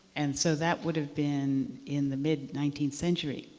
and so that would have been in the mid nineteenth century.